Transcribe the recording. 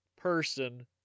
person